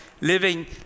living